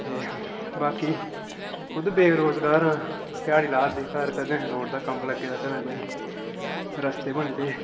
ते बाकी खुद बेरोज़गार आं ध्याड़ी लार'दे घर कदें रोड दा कम्म लग्गे दा कदें कोई रस्ते बने दे